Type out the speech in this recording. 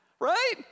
right